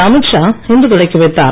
அமீத்ஷா இன்று தொடக்கி வைத்தார்